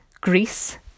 Greece